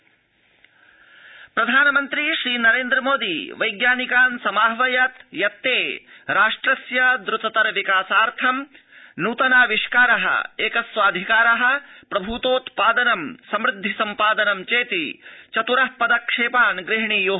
प्रधानमन्त्री वैज्ञानिका प्रधानमन्त्री श्रीनरेन्द्रमोदी वैज्ञानिकान् समाह्वयत् यत्ते राष्ट्रस्य द्र्ततर विकासार्थं न्तनाविष्कार एकस्वाधिकार प्रभूतोत्पादनं समृद्धि सम्पादनं चेति चतुर पदक्षेपान् गृहणीयू